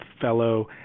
fellow